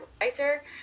writer